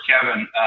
Kevin